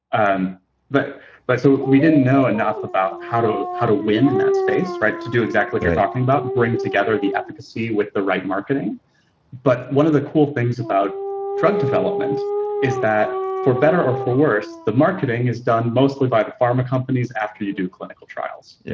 um but so we didn't know enough about how to how to win in that space, right? to do exactly what you're talking about, bring together the efficacy with the right marketing but one of the cool things about drug development is that for better or for worse, the marketing is done mostly by the pharma companies after you do clinical trials. yeah